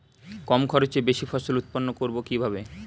কম খরচে বেশি ফসল উৎপন্ন করব কিভাবে?